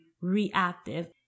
reactive